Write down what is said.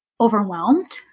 overwhelmed